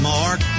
Mark